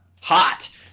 Hot